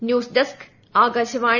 news desk Akashvani